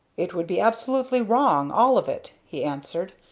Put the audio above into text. it would be absolutely wrong, all of it, he answered.